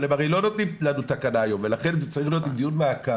אבל הם לא נותנים לנו תקנה היום ולכן זה צריך להיות עם דיון מעקב.